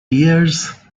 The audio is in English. years